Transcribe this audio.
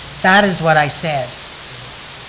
that is what i said.